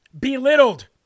belittled